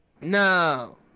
No